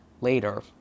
later